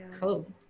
cool